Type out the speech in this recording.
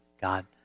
God